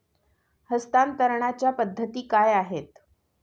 हस्तांतरणाच्या पद्धती काय आहेत?